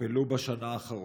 הוכפלו בשנה האחרונה,